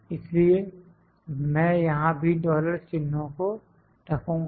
इसलिए मैं यहां भी डॉलर चिन्हों को रखूंगा